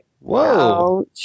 Whoa